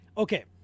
Okay